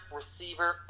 receiver